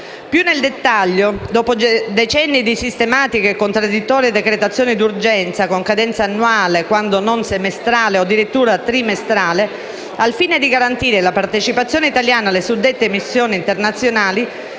Più nel dettaglio, dopo decenni di sistematiche e contraddittorie decretazioni d'urgenza, con cadenza annuale (quando non semestrale o addirittura trimestrale), al fine di garantire la partecipazione italiana alle suddette missioni internazionali,